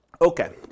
okay